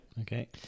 Okay